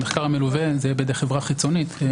המחקר המלווה יהיה בידי חברה חיצונית.